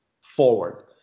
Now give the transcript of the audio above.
forward